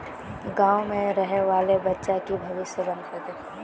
गाँव में रहे वाले बच्चा की भविष्य बन सके?